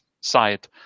side